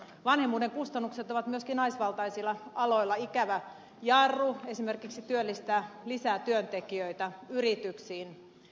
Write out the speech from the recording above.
vanhemmuuden kustannukset ovat myöskin naisvaltaisilla aloilla ikävänä jarruna kun esimerkiksi työllistetään lisää työntekijöitä yrityksiin